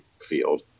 field